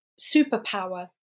superpower